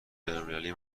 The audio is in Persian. الملی